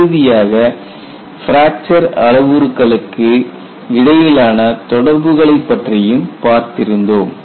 இறுதியாக பிராக்சர் அளவுருக்களுக்கு இடையிலான தொடர்புகளைப் பற்றியும் பார்த்திருந்தோம்